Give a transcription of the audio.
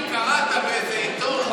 אם קראת באיזה עיתון,